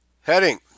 Heading